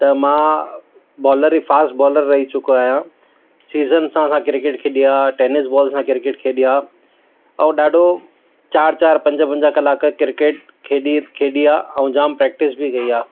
त मां bowler fast bowler रही चुको आहियां सीज़न सां असां क्रिकेट खेॾी आहे टेनिस बॉल सां क्रिकेट खेॾी आहे ऐं ॾाढो चार चार पंज पंज कलाक क्रिकेट खेॾी खेॾी आहे ऐं जामु प्रेक्टिस बि कई आहे